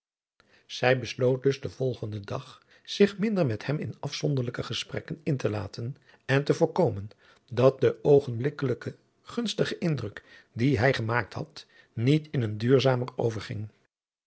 zij besloot dus den volgenden dag zich minder met hem in afzonderlijke gesprekken in te laten en te voorkomen dat de oogenblikkelijke gunstige indruk dien hij gemaakt had niet in een duurzamer